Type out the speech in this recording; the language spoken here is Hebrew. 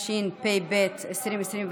התשפ"ב 2021,